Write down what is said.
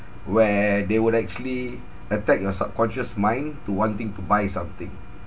where they would actually attack your subconscious mind to wanting to buy something